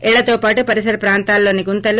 ఇళ్లతో పాటు పరిసర ప్రాంతాల్లోని గుంతలు